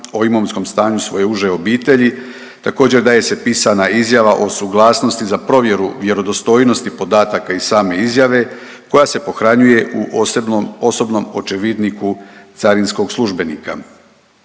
o imovinskom stanju svoje uže obitelji, također daje se pisana izjava o suglasnosti za provjeru vjerodostojnosti podataka i same izjave koja se pohranjuje u osobnom očevidniku carinskog službenika.